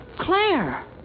Claire